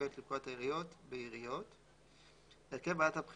אפשר לומר שלוש הדרגות הבכירות ברשות המקומית.